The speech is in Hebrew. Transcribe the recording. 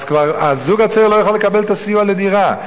אז הזוג הצעיר לא יכול לקבל את הסיוע לדירה.